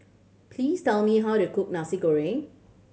please tell me how to cook Nasi Goreng